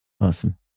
Awesome